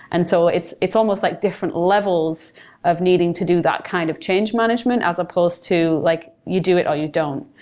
and so it's it's almost like different levels of needing to do that kind of change management as supposed to like you do it or you don't.